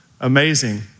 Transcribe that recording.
amazing